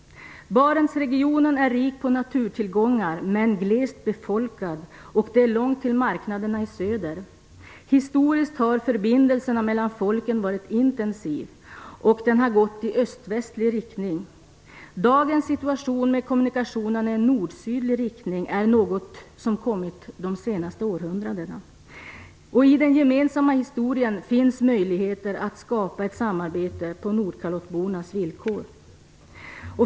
Barentsregionen är rik på naturtillgångar men glest befolkad, och det är långt till marknaderna i söder. Historiskt har förbindelserna mellan folken varit intensiv, och den har gått i östvästlig riktning. Dagens situation, med kommunikationerna i nordsydlig riktning, är något som kommit de senaste århundradena. I den gemensamma historien finns möjligheter att skapa ett samarbete på nordkalottbornas villkor.